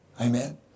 Amen